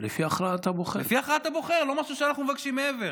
לפי הכרעת הבוחר, לא משהו שאנחנו מבקשים מעבר.